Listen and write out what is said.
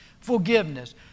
Forgiveness